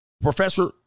Professor